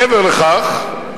מעבר לכך,